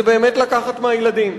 זה באמת לקחת מהילדים.